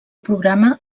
programa